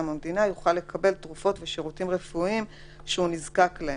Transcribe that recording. המדינה יוכל לקבל תרופות ושירותים רפואיים שהוא נזקק להם".